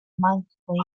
monthly